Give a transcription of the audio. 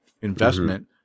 investment